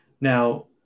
Now